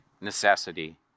necessity